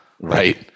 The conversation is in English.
Right